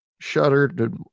shuddered